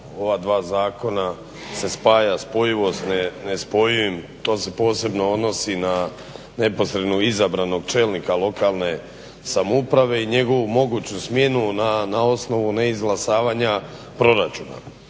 ova dva zakona se spaja spojivost nespojivim. To se posebno odnosi na neposredno izabranog čelnika lokalne samouprave i njegovu moguću smjenu na osnovu neizglasavanja proračuna.